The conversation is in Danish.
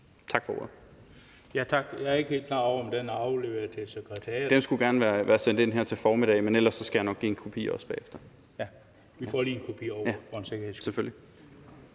Tak. Jeg er ikke helt klar over, om det er afleveret til sekretariatet. (Carl Valentin (SF): Det skulle gerne være sendt ind her til formiddag, men ellers skal jeg nok give en kopi af det bagefter). Ja, vi får lige en kopi over for en